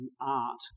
art